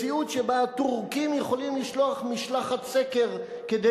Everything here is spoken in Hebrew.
מציאות שבה הטורקים יכולים לשלוח משלחת סקר כדי